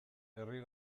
herri